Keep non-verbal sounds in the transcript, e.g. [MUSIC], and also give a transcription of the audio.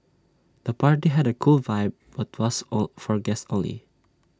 the party had A cool vibe but was [HESITATION] for guests only